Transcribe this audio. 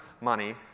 money